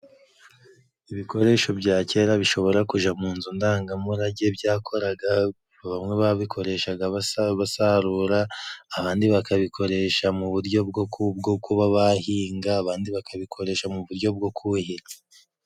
Ibikoresho bya kera bishobora kuja mu nzu ndangamurage byakoraga， bamwe babikoreshaga basarura， abandi bakabikoresha mu buryo bwo kuba bahinga，abandi bakabikoresha mu buryo bwo kuhira.